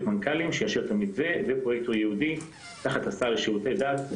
מנכ"לים שיאשר את המתווה ופרויקטור ייעודי תחת השר לשירותי דת.